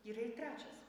yra ir trečias